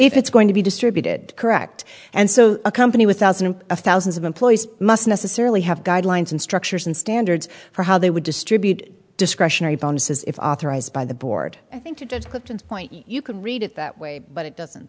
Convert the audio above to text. if it's going to be distributed correct and so a company with thousands of thousands of employees must necessarily have guidelines and structures and standards for how they would distribute discretionary bonuses if authorized by the board i think you did good point you could read it that way but it doesn't